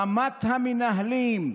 רמת המנהלים,